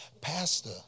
Pastor